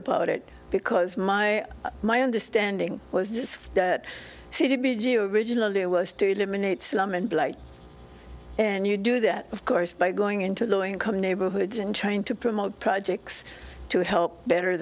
about it because my my understanding was just that city b g original idea was to eliminate slum and blight and you do that of course by going into the income neighborhoods and trying to promote projects to help better